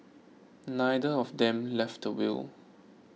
neither of them left a will